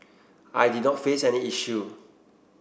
I did not face any issue